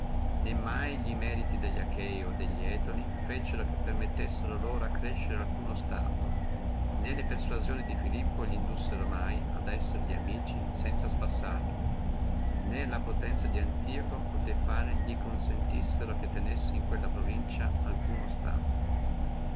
mai e meriti delli achei o delli etoli feciono che permettessino loro accrescere alcuno stato né le persuasioni di filippo lindussono mai ad esserli amici sanza sbassarlo né la potenzia di antioco possé fare li consentissino che tenessi in quella provincia alcuno stato